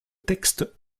texte